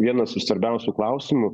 vienas iš svarbiausių klausimų